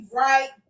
right